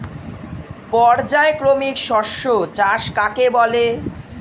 পর্যায়ক্রমিক শস্য চাষ কাকে বলে?